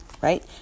Right